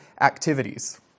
activities